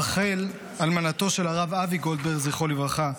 רחל, אלמנתו של הרב אבי גולדברג, זכרו לברכה,